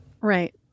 Right